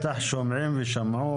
הם בטח שומעים ושמעו.